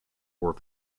were